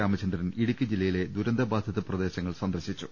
രാമചന്ദ്രൻ ഇടുക്കി ജില്ലയിലെ ദുരന്തബാധിത പ്രദേശങ്ങൾ സന്ദർശി ച്ചു